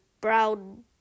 brown